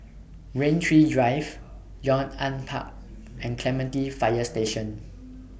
Rain Tree Drive Yong An Park and Clementi Fire Station